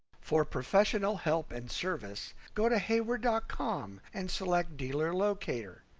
for professional help and service go to hayward dot com and select dealer locator,